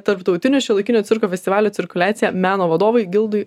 tarptautinio šiuolaikinio cirko festivalio cirkuliacija meno vadovui gildui